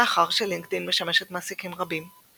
מאחר שלינקדאין משמשת מעסיקים רבים,